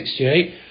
1968